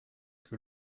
que